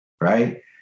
right